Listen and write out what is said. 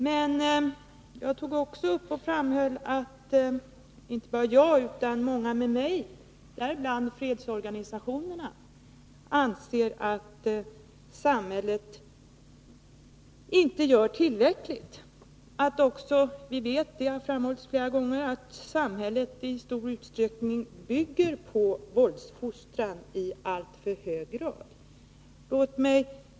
Men jag framhöll även att inte bara jag utan många med mig, däribland fredsorganisationerna, anser att samhället inte gör tillräckligt. Vi vet också — det har framhållits flera gånger — att samhället bygger på våldsfostran i alltför hög grad.